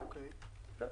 אז,